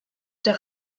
der